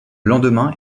lendemain